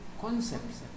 concepts